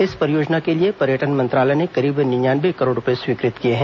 इस परियोजना के लिए पर्यटन मंत्रालय ने करीब निन्यानवे करोड़ रूपए स्वीकृत किए हैं